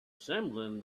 assembling